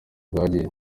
bwagiye